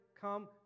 come